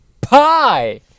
pie